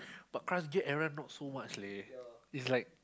but Crush Gear era not so much leh it's like